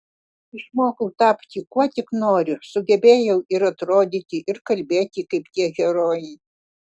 išmokau tapti kuo tik noriu sugebėjau ir atrodyti ir kalbėti kaip tie herojai